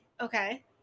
Okay